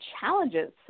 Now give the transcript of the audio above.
challenges